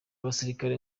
basirikare